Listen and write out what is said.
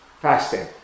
fasting